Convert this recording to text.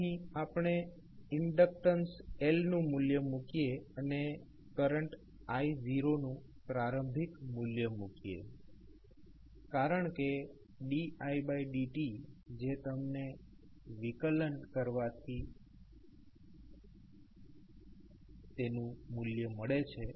અહીં આપણે inductance L નું મૂલ્ય મૂકીએ અને કરંટ i0નું પ્રારંભિક મૂલ્ય મૂકીએ કરણ કે didtજે તમને વિકલન કરવાથી didtનુ મુલ્ય મળે છે